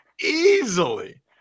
Easily